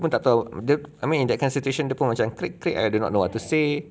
dia pun tak tahu dia I mean in that kind of situation dia pun macam ah don't know what to say